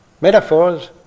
metaphors